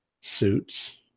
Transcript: suits